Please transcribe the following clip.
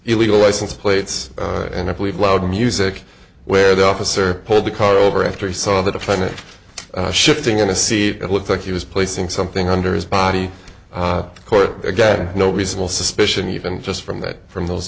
illegal license plates and i believe loud music where the officer pulled the car over after he saw the defendant shifting in a seat and looked like he was placing something under his body of course again no reasonable suspicion even just from that from those